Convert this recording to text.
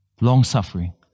long-suffering